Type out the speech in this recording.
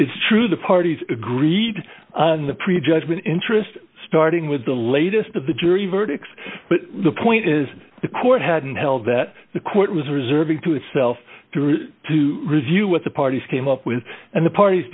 it's true the parties agreed on the pre judgment interest starting with the latest of the jury verdicts but the point is the court hadn't held that the court was reserving to itself through to review what the parties came up with and the parties